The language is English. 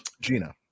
Gina